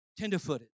Tenderfooted